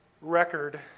record